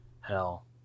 hell